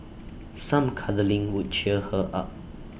some cuddling would cheer her up